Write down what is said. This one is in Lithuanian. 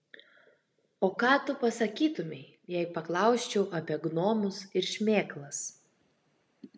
o ką tu pasakytumei jei paklausčiau apie gnomus ir šmėklas